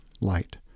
light